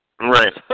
Right